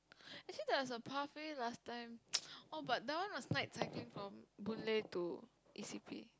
actually there was a pathway last time was oh but that one was night cycling from Boon Lay to e_c_p